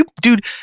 Dude